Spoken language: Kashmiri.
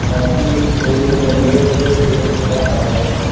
آ ٹھیٖک چھُ تُہۍ ؤنِو مےٚ ڈَیٹ وَیٹ بیٚیہِ ؤنِو کیٛاہ فَنٛگشَن چھُ